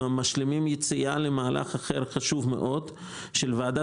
משלימים יציאה למהלך אחר וחשוב מאוד של ועדה